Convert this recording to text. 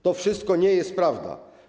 To wszystko nie jest prawda.